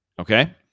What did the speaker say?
Okay